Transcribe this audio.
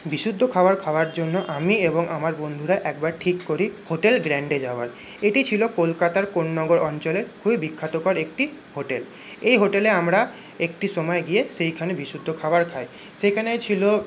বিশুদ্ধ খাবার খাওয়ার জন্য আমি এবং আমার বন্ধুরা একবার ঠিক করি হোটেল গ্র্যান্ডে যাওয়ার এটি ছিল কলকাতার কোন্নগর অঞ্চলের খুবই বিখ্যাতকর একটি হোটেল এই হোটেলে আমরা একটি সময় গিয়ে সেইখানে বিশুদ্ধ খাবার খাই সেইখানে ছিল